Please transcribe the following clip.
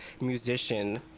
musician